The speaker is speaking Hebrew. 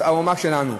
האומה שלנו.